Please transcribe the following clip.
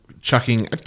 chucking